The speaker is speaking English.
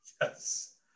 Yes